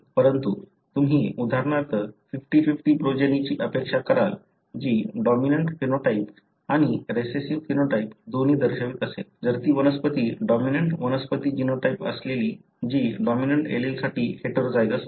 परंतु तुम्ही उदाहरणार्थ 50 50 प्रोजेनी ची अपेक्षा कराल जी डॉमिनंट फेनोटाइप आणि रिसेसिव्ह फेनोटाइप दोन्ही दर्शवित असेल जर ती वनस्पती डॉमिनंट वनस्पती जीनोटाइप असलेली जी डॉमिनंट एलीलसाठी हेटेरोझायगस आहे